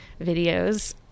videos